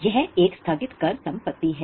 यह एक स्थगित कर संपत्ति है